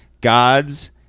God's